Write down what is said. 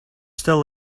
still